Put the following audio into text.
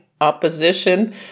opposition